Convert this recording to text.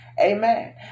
Amen